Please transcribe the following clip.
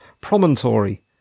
promontory